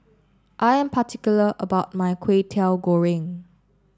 I am particular about my Kway Teow Goreng